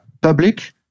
public